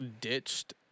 ditched